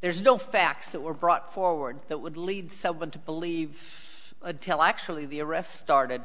there's no facts that were brought forward that would lead someone to believe a tell actually the arrest started